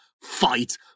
fight